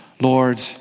Lord